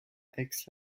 aix